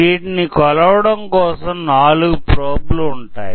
వీటిని కొలవడం కోసం 4 ప్రోబ్లు ఉంటాయి